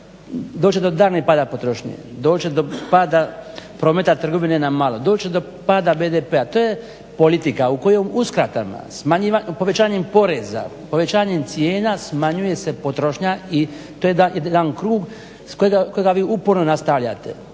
će do daljnjeg pada potrošnje, doći će do pada prometa trgovine na malo, doći će do pada BDP-a. To je politika u kojoj uskratama, povećanjem poreza, povećanjem cijena smanjuje se potrošnja i to je jedan krug kojega vi uporno nastavljate.